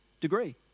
degree